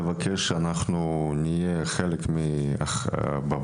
לבקש שאנחנו נהיה חלק מהוועדה,